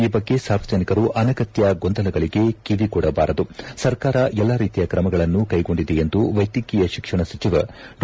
ಈ ಬಗ್ಗೆ ಸಾರ್ವಜನಿಕರು ಅನಗತ್ಯ ಗೊಂದಲಗಳಿಗೆ ಕಿವಿಗೂಡಬಾರದು ಸರ್ಕಾರ ಎಲ್ಲಾ ರೀತಿಯ ಕ್ರಮಗಳನ್ನು ಕೈಗೊಂಡಿದೆ ಎಂದು ವೈದ್ಯಕೀಯ ಶಿಕ್ಷಣ ಸಚಿವ ಡಾ